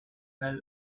now